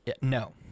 No